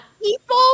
people